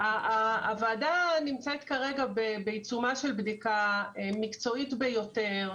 הוועדה נמצאת כרגע בעיצומה של בדיקה מקצועית ביותר,